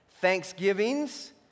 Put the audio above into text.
thanksgivings